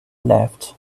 left